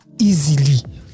easily